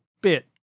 bit